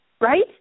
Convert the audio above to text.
right